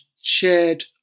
shared